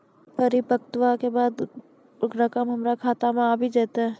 परिपक्वता के बाद रकम हमरा खाता मे आबी जेतै?